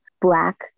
black